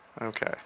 Okay